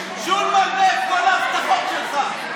אינו נוכח אפרת רייטן מרום,